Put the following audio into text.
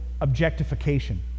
objectification